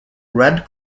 red